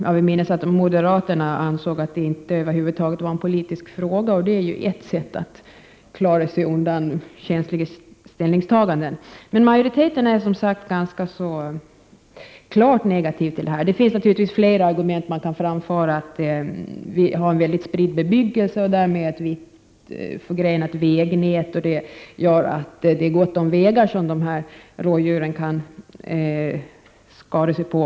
Jag vill minnas att moderaterna ansåg att det inte alls var en politisk fråga, och det är ju ett sätt att klara sig undan känsliga ställningstaganden, men majoriteten är som sagt klart negativ. Man kan naturligtvis framföra flera argument. Gotland har en spridd bebyggelse och därmed ett vittförgrenat vägnät. Det är alltså gott om vägar som rådjuren kan skada sig på.